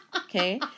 Okay